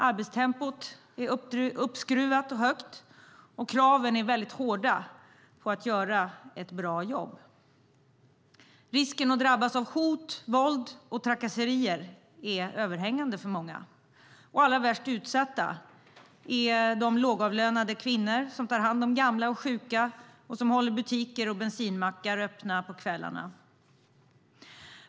Arbetstempot är uppskruvat och högt, och kraven är väldigt hårda på att göra ett bra jobb. Risken att drabbas av hot, våld och trakasserier är överhängande för många. Allra värst utsatta är de lågavlönade kvinnor som tar hand om gamla och sjuka och som håller butiker och bensinmackar öppna på kvällarna.